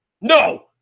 no